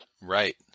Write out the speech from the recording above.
right